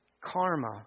karma